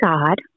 God